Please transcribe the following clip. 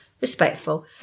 respectful